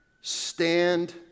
stand